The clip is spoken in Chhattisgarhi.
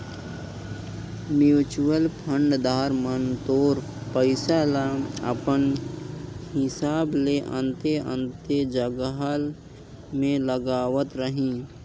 म्युचुअल फंड दार मन तोर पइसा ल अपन हिसाब ले अन्ते अन्ते जगहा में लगावत रहीं